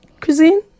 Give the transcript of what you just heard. cuisine